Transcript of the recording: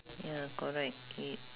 ya correct eight